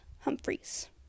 Humphreys